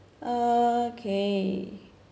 okay